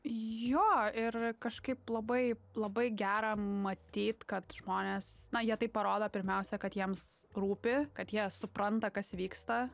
jo ir kažkaip labai labai gera matyt kad žmonės na jie taip parodo pirmiausia kad jiems rūpi kad jie supranta kas vyksta